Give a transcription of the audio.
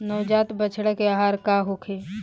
नवजात बछड़ा के आहार का होखे?